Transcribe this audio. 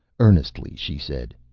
earnestly she said,